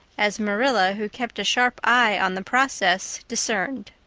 as marilla who kept a sharp eye on the process, discerned.